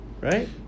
right